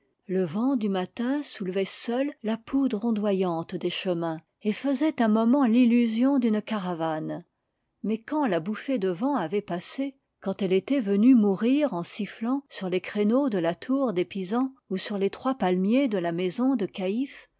le vent du matin soulevait seul la poudre ondoyante des chemins et faisait un moment l'illusion d'une caravane mais quand la bouffée de vent avait passé quand elle était venue mourir en sifflant sur les créneaux de la tour des pisans ou sur les trois palmiers de la maison de caïphe